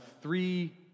three